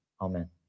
Amen